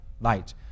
light